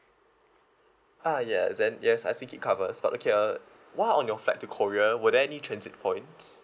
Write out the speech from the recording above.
ah yes then yes I think it covers but okay uh while on your flight to korea were there any transit points